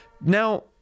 Now